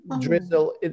drizzle